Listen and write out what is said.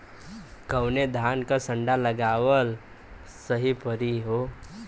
कवने धान क संन्डा लगावल सही परी हो?